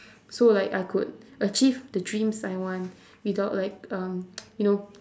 so like I could achieve the dreams I want without like um you know